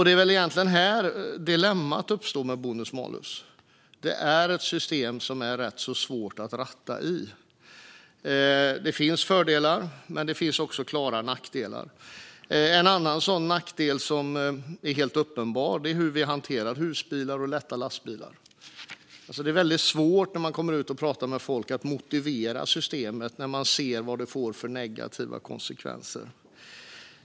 Det är väl egentligen här som dilemmat uppstår med bonus malus. Det är ett system som är rätt så svårt att ratta i. Det finns fördelar, men det finns också klara nackdelar. En annan sådan nackdel som är helt uppenbar är hur vi hanterar husbilar och lätta lastbilar. Det är väldigt svårt när man kommer ut och pratar med människor att motivera systemet när man ser vad det får för negativa konsekvenser.